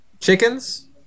chickens